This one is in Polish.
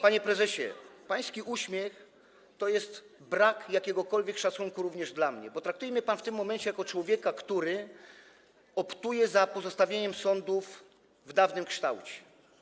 Panie prezesie, pański uśmiech to jest brak jakiegokolwiek szacunku również do mnie, bo traktuje mnie pan w tym momencie jak człowieka, który optuje za pozostawieniem sądów w dawnym kształcie.